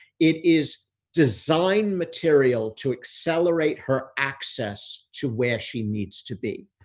it is designed material to accelerate her access to where she needs to be.